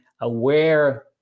aware